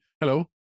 Hello